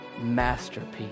masterpiece